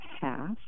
half